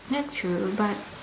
that's true but